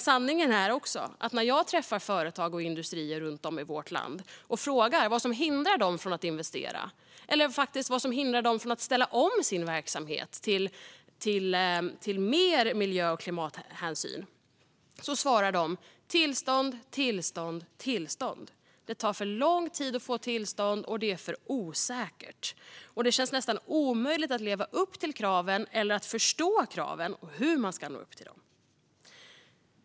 Sanningen är dock att när jag träffar företag och industrier runt om i landet och frågar dem vad som hindrar dem från att investera eller från att ställa om sin verksamhet till bättre miljö och klimathänsyn svarar de: Tillstånd. Det tar för lång tid att få tillstånd, och det är för osäkert. Och det känns nästan omöjligt att leva upp till kraven eller att ens förstå kraven och hur man ska nå upp till dem.